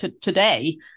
today